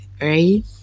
right